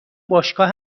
باشگاه